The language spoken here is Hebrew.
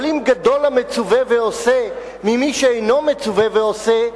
אבל אם גדול המצווה ועושה ממי שאינו מצווה ועושה,